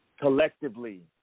collectively